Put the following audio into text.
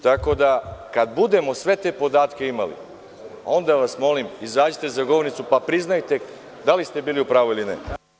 Tako da, kada budemo sve te podatke imali, onda vas molim da izađete za govornicu pa priznajte da li ste bili u pravu ili ne.